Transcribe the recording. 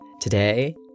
Today